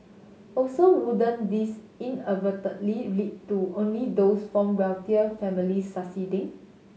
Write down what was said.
also wouldn't this inadvertently lead to only those from wealthier families succeeding